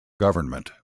government